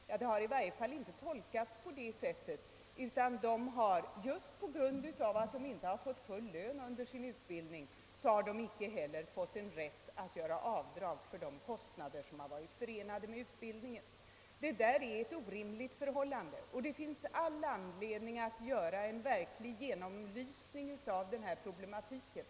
I varje fall har det inte tolkats på det sättet, utan de har inte fått rätt att göra avdrag för de kostnader, som varit förenade med utbildningen, just på grund av att de inte fått full lön under denna utbildning. Detta är ett orimligt förhållande, och det finns all anledning att göra en verklig genomlysning av den här problematiken.